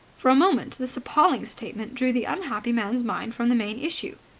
for a moment this appalling statement drew the unhappy man's mind from the main issue.